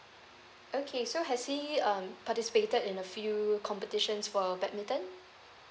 okay so has he um participated in a few competitions for badminton